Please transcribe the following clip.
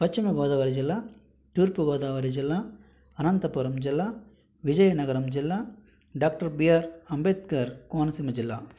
పశ్చిమ గోదావరి జిల్లా తూర్పు గోదావరి జిల్లా అనంతపురం జిల్లా విజయనగరం జిల్లా డాక్టర్ బిఆర్ అంబేద్కర్ కోనసీమ జిల్లా